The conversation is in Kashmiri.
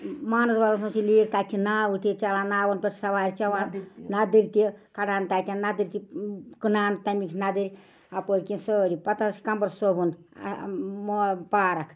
مانس بلس منٛز چھِ لیک تَتہِ چھِ ناوٕ تہِ چَلان ناون پٮ۪ٹھ سوارِ چوان نَدٕرۍ تہِ کڑان تَتٮ۪ن ندٕرۍ تہِ کٕنان تَمٕکۍ نَدٕرۍ اَپٲرۍ کِنۍ سٲری پتہٕ حظ چھِ کمبر صٲبُن پارک